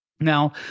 Now